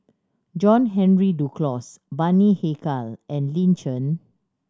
John Henry Duclos Bani Haykal and Lin Chen